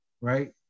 Right